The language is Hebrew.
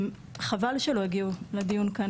חבל שלא הגיעו לדיון כאן,